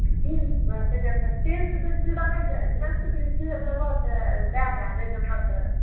तीन सओ रुपै किलो नहि डेढ़ सौ रुपै किलो देबऽ तऽ दऽ दै नहि देबऽ तऽ